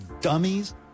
dummies